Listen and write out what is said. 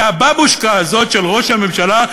כי הבבושקה הזאת של ראש הממשלה,